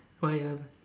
why ah